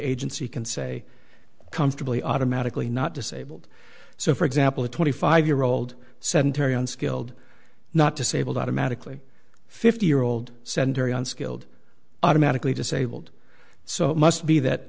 agency can say comfortably automatically not disabled so for example a twenty five year old sedentary unskilled not disabled automatically fifty year old sedentary unskilled automatically disabled so it must be that